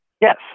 Yes